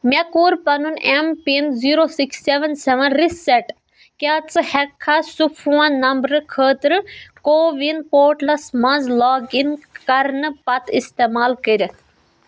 مےٚ کوٚر پَنُن M PIN zero six seven seven reset کیٛاہ ژٕ ہٮ۪ککھا سُہ فون نمبرٕ خٲطرٕ کووِن پورٹلس مَنٛز لاگ اِن کرنہٕ پتہٕ استعمال کٔرِتھ